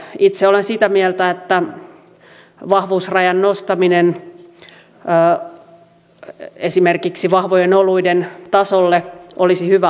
itse olen sitä mieltä että vahvuusrajan nostaminen esimerkiksi vahvojen oluiden tasolle olisi hyvä alku